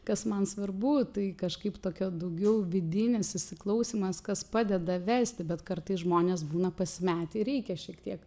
kas man svarbu tai kažkaip tokio daugiau vidinis įsiklausymas kas padeda vesti bet kartais žmonės būna pasimetę ir reikia šiek tiek